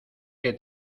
que